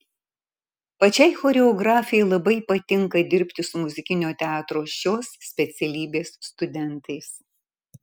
pačiai choreografei labai patinka dirbti su muzikinio teatro šios specialybės studentais